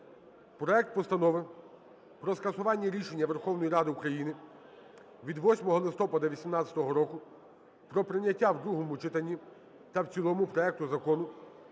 проект Постанови про скасування рішення Верховної Ради України від 8 листопада 2018 року про прийняття в другому читанні та в цілому проекту Закону